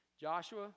Joshua